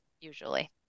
usually